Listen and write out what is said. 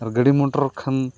ᱟᱨ ᱜᱟᱹᱰᱤ ᱢᱚᱴᱚᱨ ᱠᱷᱟᱱ